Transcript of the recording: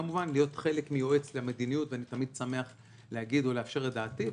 להיות חלק מיועץ למדיניות ואני תמיד שמח להגיד את דעתי,